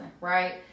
right